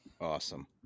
Awesome